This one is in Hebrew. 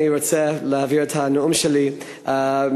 אני רוצה להעביר את הנאום שלי מאתמול,